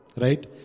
right